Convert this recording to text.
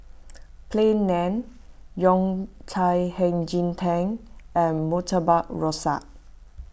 Plain Naan Yao Cai Hei Ji Tang and Murtabak Rusa